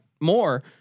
more